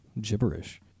gibberish